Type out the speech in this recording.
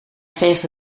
veegde